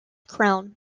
crown